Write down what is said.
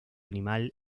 animal